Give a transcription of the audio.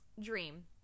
dream